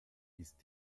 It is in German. ist